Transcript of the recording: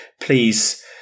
please